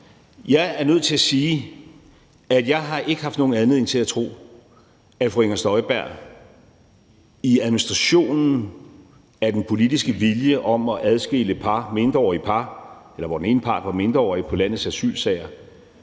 Jeg er nødt til at sige, at jeg ikke har haft nogen anledning til at tro, at fru Inger Støjberg som minister i administrationen af den politiske vilje om at adskille par, hvor den ene part var mindreårig, på landets asylcentre